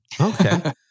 Okay